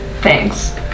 Thanks